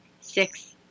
six